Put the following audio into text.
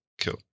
cool